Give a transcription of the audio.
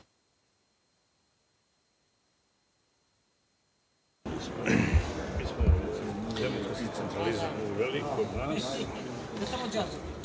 Hvala vam.